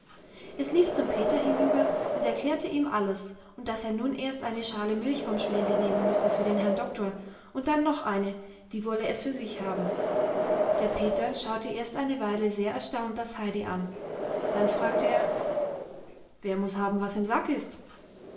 es lief zum peter hinüber und erklärte ihm alles und daß er nun erst eine schale milch vom schwänli nehmen müsse für den herrn doktor und dann noch eine die wolle es für sich haben der peter schaute erst eine weile sehr erstaunt das heidi an dann fragte er wer muß haben was im sack ist